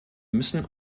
müssen